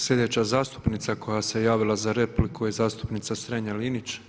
Sljedeća zastupnica koja se javila za repliku je zastupnica Strenja-Linić.